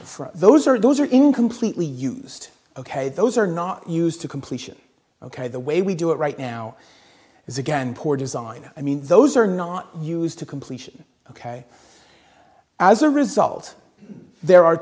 from those are those are in completely used ok those are not used to completion ok the way we do it right now is again poor design i mean those are not used to completion ok as a result there are